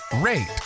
rate